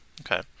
Okay